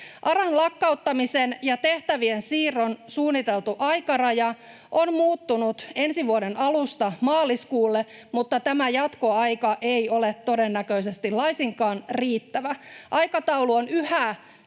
ARAn lakkauttamisen ja tehtävien siirron suunniteltu aikaraja on muuttunut ensi vuoden alusta maaliskuulle, mutta tämä jatkoaika ei ole todennäköisesti laisinkaan riittävä. Aikataulu on yhä